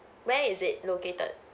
where is it located